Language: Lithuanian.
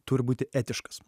turi būti etiškas